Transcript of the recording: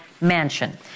mansion